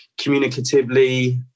communicatively